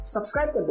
Subscribe